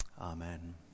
Amen